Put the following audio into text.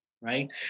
right